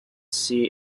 see